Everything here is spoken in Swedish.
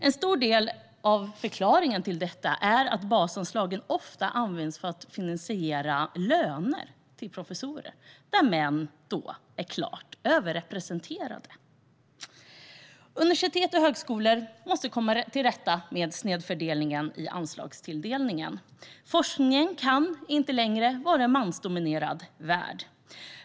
En stor del av förklaringen till detta är att basanslagen ofta används för att finansiera löner till professorer, där män är klart överrepresenterade. Universitet och högskolor måste komma till rätta med den snedfördelade anslagstilldelningen. Forskning kan inte längre vara en mansdominerad värld.